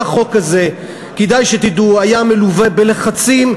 כל החוק הזה היה מלווה בלחצים,